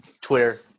Twitter